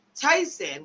tyson